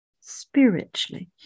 spiritually